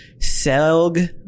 Selg